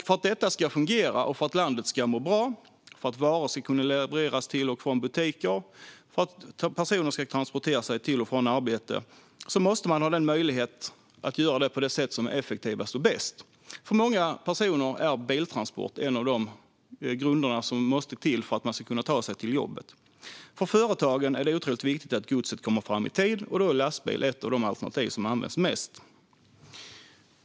För att detta ska fungera och för att landet ska må bra, för att varor ska kunna levereras till och från butiker och för att personer ska kunna transportera sig till och från arbete måste man ha möjlighet att göra det på det sätt som är effektivast och bäst. För många personer är biltransport en av de grunder som måste till för att man ska kunna ta sig till jobbet. För företagen är det otroligt viktigt att godset kommer fram i tid, och då är lastbil ett av de alternativ som används mest.